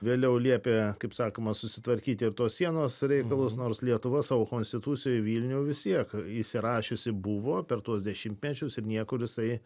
vėliau liepė kaip sakoma susitvarkyti ir tos sienos reikalus nors lietuva savo konstitucijoj vilnių vis tiek įsirašiusi buvo per tuos dešimtmečius ir niekur jisai